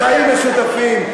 לחיים משותפים,